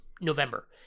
November